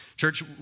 Church